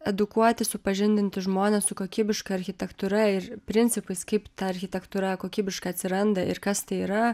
edukuoti supažindinti žmones su kokybiška architektūra ir principais kaip ta architektūra kokybiška atsiranda ir kas tai yra